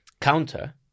counter